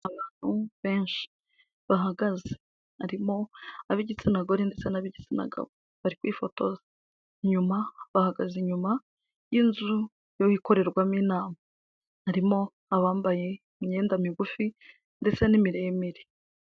Abahuntu benshi bahagaze harimo ab'igitsina gore ndetse n'abigitsina gabo, bari kwifotoza inyuma bahagaze inyuma y'inzu ikorerwamo inama, harimo abambaye imyenda migufi ndetse n'imiremire.